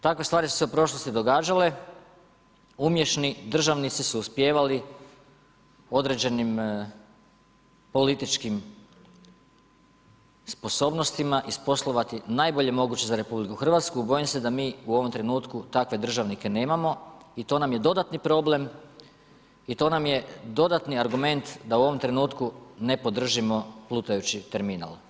Takve stvari su se u prošlosti događale, umješni državnici su uspijevali određenim političkim sposobnostima isposlovati najbolje moguće za RH, bojim se da mi u ovom trenutku takve državnike nemamo i to nam je dodatni problem i to nam je dodatni argument da u ovom trenutku ne podržimo plutajući terminal.